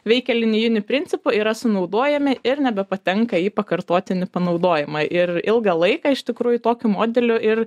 veikia linijiniu principu yra sunaudojami ir nebepatenka į pakartotinį panaudojimą ir ilgą laiką iš tikrųjų tokiu modeliu ir